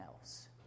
else